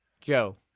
Joe